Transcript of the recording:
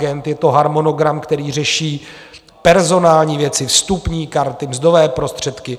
Je to harmonogram, který řeší personální věci, vstupní karty, mzdové prostředky.